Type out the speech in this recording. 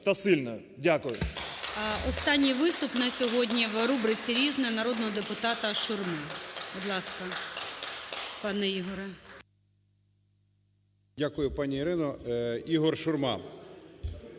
Останній виступ на сьогодні в рубриці "Різне" народного депутата Шурми. Будь ласка, пане Ігоре. 14:03:35 ШУРМА І.М. Дякую, пані Ірина. Ігор Шурма.